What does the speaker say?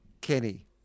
Kenny